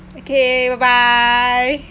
okay bye bye